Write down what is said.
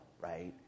Right